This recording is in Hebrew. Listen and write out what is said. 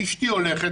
אשתי הולכת,